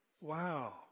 Wow